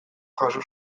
jaso